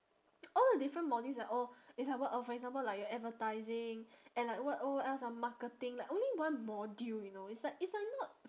all the different modules are all it's like what oh for example like your advertising and like what oh what else ah marketing like only one module you know it's like it's like not